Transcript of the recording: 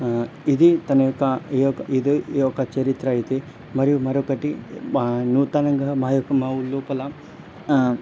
ఇది తన యొక్క ఈ యొక్ ఇది ఈ యొక్క చరిత్ర అయితే మరియు మరొకటి బా నూతనంగా మా యొక్క మా ఊరు లోపల